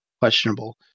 questionable